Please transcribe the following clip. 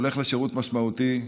הולך לשירות משמעותי,